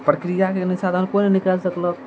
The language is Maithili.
प्रक्रियाके निसाधन कोइ नहि निकालि सकलक